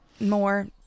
more